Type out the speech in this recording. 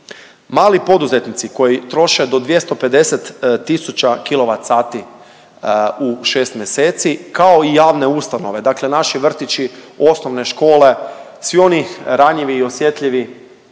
Mali poduzetnici koji troše do 250 tisuća kWh u 6 mjeseci, kao i javne ustanove, dakle naši vrtići, osnovne škole, svi oni ranjivi i osjetljivi